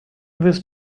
was